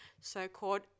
so-called